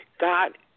God